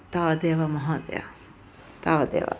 तावत् एव महोदय तावदेव